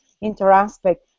inter-aspect